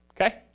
okay